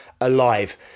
alive